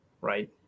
Right